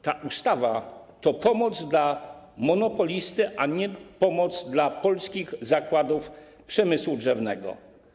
Ta ustawa to pomoc dla monopolisty, a nie dla polskich zakładów przemysłu drzewnego.